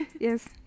Yes